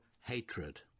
hatred